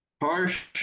harsh